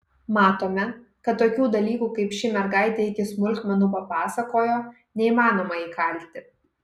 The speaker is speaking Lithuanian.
matome kad tokių dalykų kaip ši mergaitė iki smulkmenų papasakojo neįmanoma įkalti